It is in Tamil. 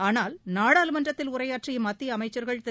ஆனால் நாடாளுமன்றத்தில் உரையாற்றிய மத்திய அமைச்சர்கள் திரு